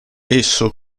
esso